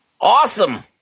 Awesome